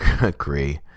agree